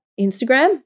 Instagram